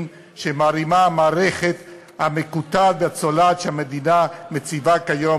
שמערימה המערכת המקוטעת והצולעת שהמדינה מציבה כיום